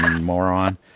moron